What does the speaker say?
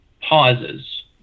pauses